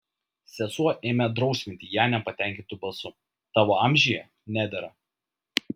sesuo ėmė drausminti ją nepatenkintu balsu tavo amžiuje nedera